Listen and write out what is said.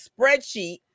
spreadsheet